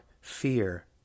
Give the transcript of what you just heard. Fear